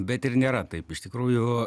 bet ir nėra taip iš tikrųjų